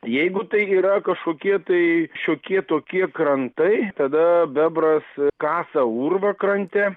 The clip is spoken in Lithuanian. jeigu tai yra kažkokie tai šiokie tokie krantai tada bebras kasa urvą krante